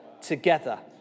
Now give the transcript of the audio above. together